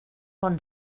bon